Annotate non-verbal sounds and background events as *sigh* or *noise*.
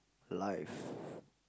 life *breath*